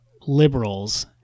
liberals